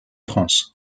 france